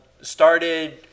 started